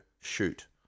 shoot